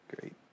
Great